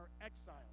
exile